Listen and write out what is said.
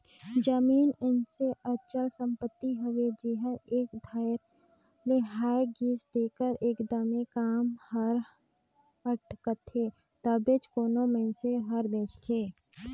जमीन अइसे अचल संपत्ति हवे जेहर एक धाएर लेहाए गइस तेकर एकदमे काम हर अटकथे तबेच कोनो मइनसे हर बेंचथे